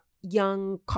young